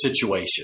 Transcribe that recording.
situation